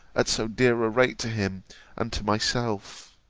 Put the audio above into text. at so dear a rate to him and to myself.